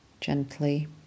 gently